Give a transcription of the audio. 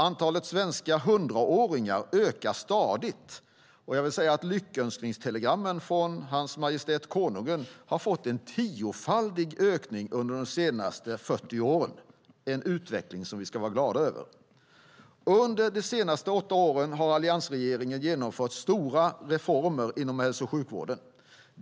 Antalet svenska 100-åringar ökar stadigt, och lyckönskningstelegrammen från Hans Majestät Konungen har fått en tiofaldig ökning under de senaste 40 åren. Det är en utveckling som vi ska vara glada över. Under de senaste åtta åren har Alliansregeringen genomfört stora reformer inom hälso och sjukvården.